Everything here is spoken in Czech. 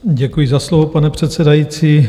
Děkuji za slovo, pane předsedající.